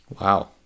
Wow